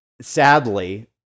sadly